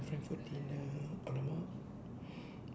my friend for dinner !alamak!